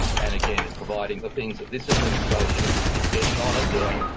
and again providing the things that this administration is getting on and doing,